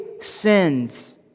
sins